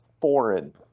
foreign